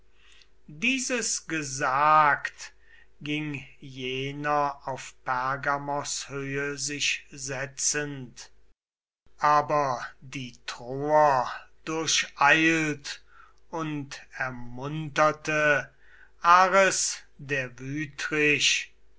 dieses gesagt ging jener auf pergamos höhe sich setzend aber die troer durcheilt und ermunterte ares